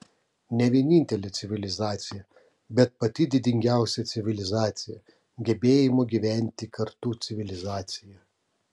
ne vienintelė civilizacija bet pati didingiausia civilizacija gebėjimo gyventi kartu civilizacija